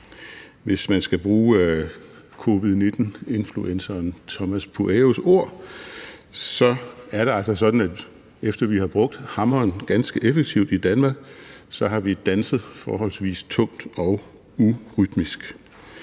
Hvis man skal bruge covid-19-influenceren Tomas Pueyos ord, er det altså sådan, at efter vi har brugt hammeren ganske effektivt i Danmark, har vi danset forholdsvis tungt og urytmisk.